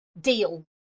deal